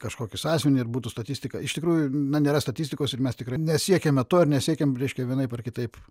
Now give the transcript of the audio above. kažkokį sąsiuvinį ir būtų statistika iš tikrųjų na nėra statistikos ir mes tikrai nesiekiame to ir nesiekiam reiškia vienaip ar kitaip